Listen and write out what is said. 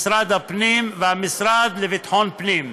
משרד הפנים והמשרד לביטחון פנים.